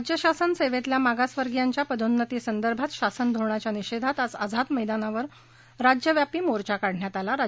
राज्यशासन सेवेतल्या मागासवर्गीयांच्या पदोन्नती संदर्भात शासनधोरणाच्या निषेधात आज आझाद मैदानावर राज्यव्यापी मोर्चा काढण्यात आला होता